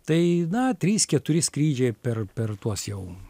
tai na trys keturi skrydžiai per per tuos jau